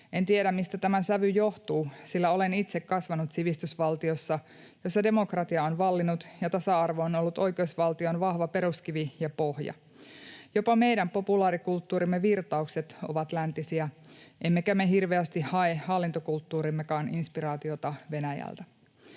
En tiedä, mistä tämä sävy johtuu, sillä olen itse kasvanut sivistysvaltiossa, jossa demokratia on vallinnut ja tasa-arvo on ollut oikeusvaltion vahva peruskivi ja pohja. Jopa meidän populaarikulttuurimme virtaukset ovat läntisiä, emmekä me hirveästi hae hallintokulttuuriimmekaan inspiraatiota Venäjältä.